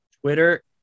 Twitter